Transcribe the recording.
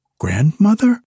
grandmother